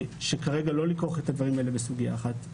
שכרגע לא יכרכו את הדברים האלה בסוגיה אחת.